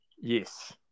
Yes